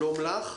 שלום לך.